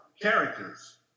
Characters